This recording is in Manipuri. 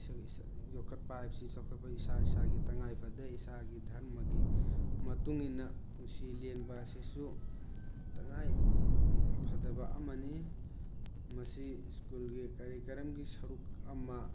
ꯏꯁꯥ ꯏꯁꯥ ꯌꯣꯛꯈꯠꯄ ꯍꯥꯏꯕꯁꯤ ꯆꯥꯎꯈꯠꯄ ꯏꯁꯥ ꯏꯁꯥꯒꯤ ꯇꯉꯥꯏꯐꯗꯦ ꯏꯁꯥꯒꯤ ꯙꯔꯃꯒꯤ ꯃꯇꯨꯡ ꯏꯟꯅ ꯄꯨꯟꯁꯤ ꯂꯦꯟꯕ ꯑꯁꯤꯁꯨ ꯇꯉꯥꯏ ꯐꯗꯕ ꯑꯃꯅꯤ ꯃꯁꯤ ꯁ꯭ꯀꯨꯜꯒꯤ ꯀꯔꯤꯀꯂꯝꯒꯤ ꯁꯔꯨꯛ ꯑꯃ